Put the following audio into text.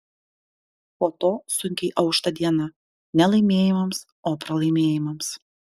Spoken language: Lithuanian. po to sunkiai aušta diena ne laimėjimams o pralaimėjimams